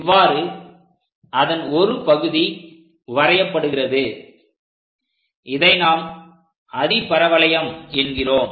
இவ்வாறு அதன் ஒரு பகுதி வரையப்படுகிறது இதை நாம் அதிபரவளையம் என்கிறோம்